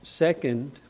Second